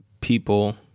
people